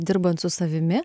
dirbant su savimi